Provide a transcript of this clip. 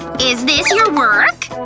is this your work?